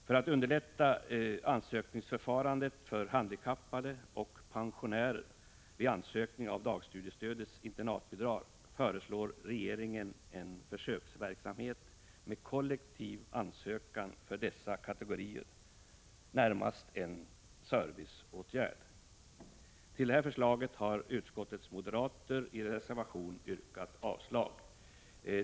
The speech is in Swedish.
För att underlätta ansökningsförfarandet för handikappade och pensionärer vid ansökan om dagstudiestödets internatbidrag föreslår regeringen en försöksverksamhet med kollektiv ansökan för dessa kategorier — närmast en serviceåtgärd. På det här förslaget har utskottets moderater i en reservation yrkat avslag.